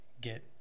get